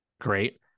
Great